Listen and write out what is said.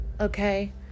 Okay